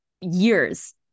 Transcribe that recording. years